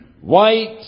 white